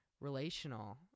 relational